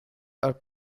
are